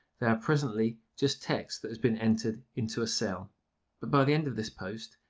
they are presently just text that has been entered into a cell but by the end of this post,